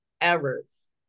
errors